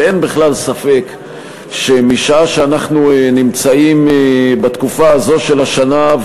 שאין בכלל ספק שמשעה שאנחנו נמצאים בתקופה הזאת של השנה,